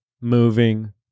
moving